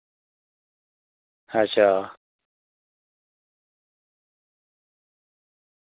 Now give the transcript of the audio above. अच्छा